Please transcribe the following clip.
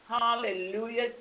Hallelujah